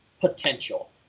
potential